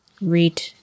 read